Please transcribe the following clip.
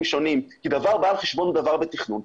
שונים כי דבר בא על חשבון דבר בתכנון.